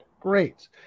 great